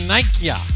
Nike